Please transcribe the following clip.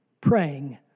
praying